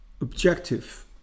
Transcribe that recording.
objective